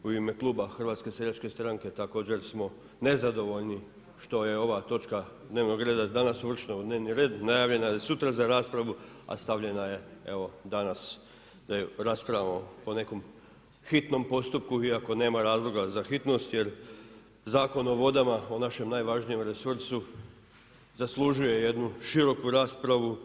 U ime kluba HSS-a također smo nezadovoljni što je ova točka dnevnog reda danas uvrštena u dnevni red, najavljena je za sutra za raspravu, a stavljena je evo danas da je raspravimo po nekom hitnom postupku iako nema razloga za hitnost jer Zakon o vodama o našem najvažnijem resursu zaslužuje jednu široku raspravu.